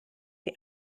die